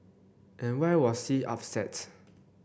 and why was C upset